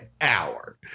hour